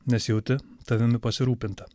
nesijauti tavimi pasirūpinta